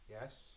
Yes